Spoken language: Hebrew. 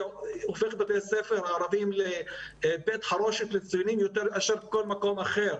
זה הופך את בתי הספר הערבים לבית חרושת לציונים יותר מאשר כל מקום אחר,